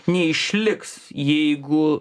neišliks jeigu